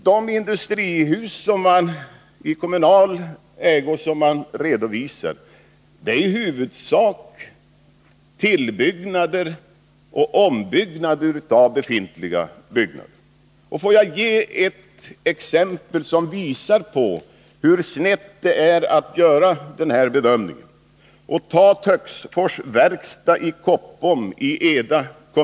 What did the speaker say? De industrihus i kommunal ägo som redovisas är i huvudsak sådana där det förekommit tillbyggnad eller ombyggnad. Får jag anföra ett exempel som visar hur sned den här bedömningen är. Det gäller Töcksfors Verkstad i Koppom inom Eda kommun.